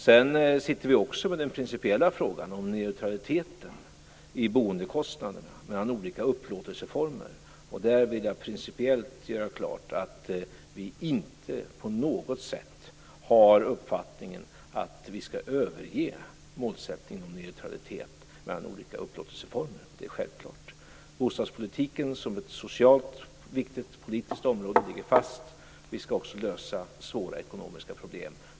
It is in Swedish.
Sedan sitter vi också med den principiella frågan om neutraliteten i boendekostnaderna mellan olika upplåtelseformer. Där vill jag principiellt göra klart att vi inte på något sätt har uppfattningen att vi skall överge målsättningen om neutralitet mellan olika upplåtelseformer. Det är självklart. Bostadspolitiken som ett socialt viktigt politiskt område ligger fast. Vi skall också lösa svåra ekonomiska problem.